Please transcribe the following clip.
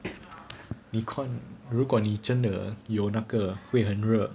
你看如果你真的有那个会很热